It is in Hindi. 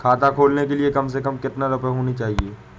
खाता खोलने के लिए कम से कम कितना रूपए होने चाहिए?